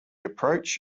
approach